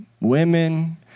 women